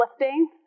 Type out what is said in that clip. lifting